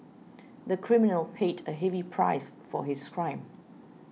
the criminal paid a heavy price for his crime